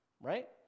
Right